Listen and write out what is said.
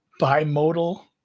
bimodal